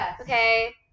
okay